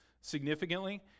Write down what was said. significantly